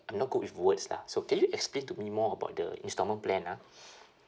I'm not good with words lah so can you explain to me more about the instalment plan ah